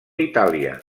itàlia